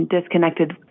disconnected